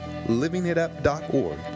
LivingItUp.org